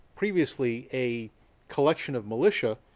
previously a collection of militia,